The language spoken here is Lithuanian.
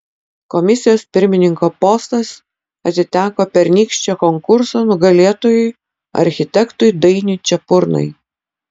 komisijos pirmininko postas atiteko pernykščio konkurso nugalėtojui architektui dainiui čepurnai